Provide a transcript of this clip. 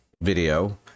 video